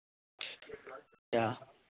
अच्छा